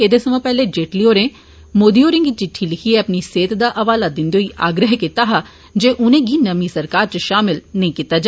एदे सवां पैहले जेटली होरें मोदी होरें गी चिट्ठी लिखिए अपनी सेहत दा हवाला दिंदे होई आग्रह कीता हा जे उनेंगी नमीं सरकार च षामल नेंई कीता जा